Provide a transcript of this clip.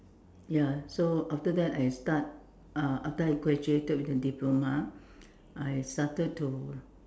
ya so after that I start uh after I graduated with a diploma I started to